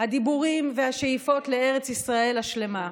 הדיבורים והשאיפות לארץ ישראל השלמה.